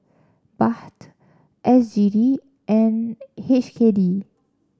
Baht S G D and H K D